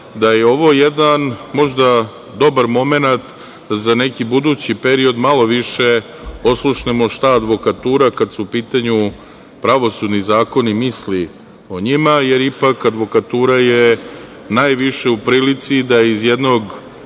da je ovo jedan, možda, dobar momenat za neki budući period da malo više oslušnemo šta advokatura, kada su u pitanju pravosudni zakoni, misli o njima, jer ipak advokatura je najviše u prilici da iz jednog